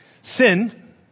Sin